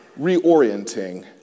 reorienting